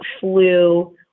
flu